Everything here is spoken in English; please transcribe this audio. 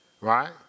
Right